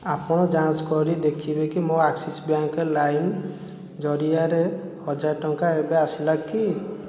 ଆପଣ ଯାଞ୍ଚ କରି ଦେଖିବେକି ମୋ ଆକ୍ସିସ୍ ବ୍ୟାଙ୍କ୍ ଲାଇମ୍ ଜରିଆରେ ହଜାର ଟଙ୍କା ଏବେ ଆସିଲାକି